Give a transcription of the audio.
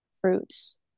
fruits